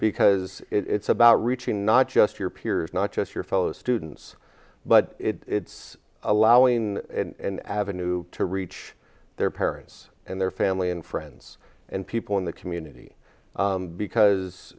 because it's about reaching not just your peers not just your fellow students but it's allowing and ave to reach their parents and their family and friends and people in the community because